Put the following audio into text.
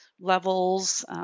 levels